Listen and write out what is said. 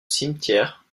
cimetière